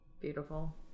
Beautiful